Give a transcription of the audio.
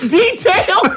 detail